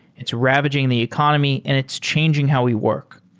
it's ravaging the economy and it's changing how we work.